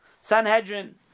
Sanhedrin